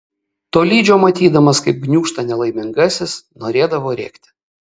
tolydžio matydamas kaip gniūžta nelaimingasis norėdavo rėkti